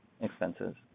expenses